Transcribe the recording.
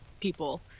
people